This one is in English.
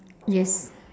yes